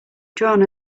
drawn